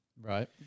Right